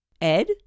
ed